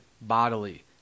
bodily